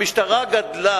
המשטרה גדלה